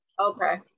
Okay